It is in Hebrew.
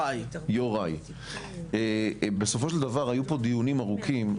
יוראי, בסופו של דבר היו פה דיונים ארוכים.